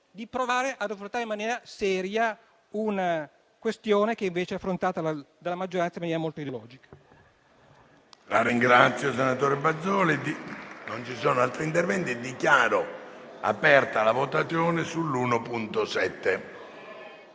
di provare ad affrontare in maniera seria una questione che invece è affrontata dalla maggioranza in maniera molto ideologica.